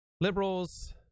Liberals